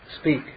speak